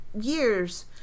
years